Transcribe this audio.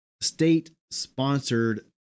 state-sponsored